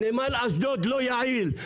נמל אשדוד לא יעיל.